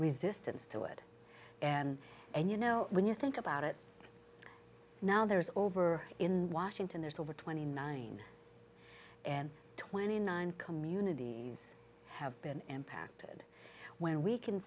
resistance to it and and you know when you think about it now there is over in washington there's over twenty nine and twenty nine communities have been impacted when we can